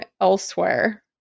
elsewhere